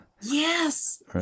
Yes